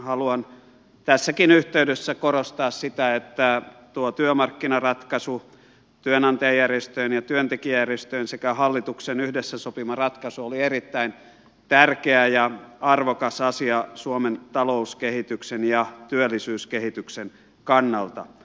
haluan tässäkin yhteydessä korostaa sitä että tuo työmarkkinaratkaisu työnantajajärjestöjen ja työntekijäjärjestöjen sekä hallituksen yhdessä sopima ratkaisu oli erittäin tärkeä ja arvokas asia suomen talouskehityksen ja työllisyyskehityksen kannalta